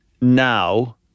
now